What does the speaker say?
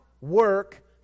work